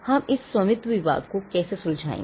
हम इस स्वामित्व विवाद को कैसे सुलझाएंगे